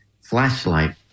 flashlight